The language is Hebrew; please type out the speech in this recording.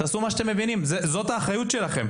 תעשו מה שאתם מבינים, זאת האחריות שלהם.